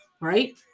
Right